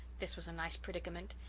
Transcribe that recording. this was a nice predicament!